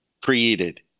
created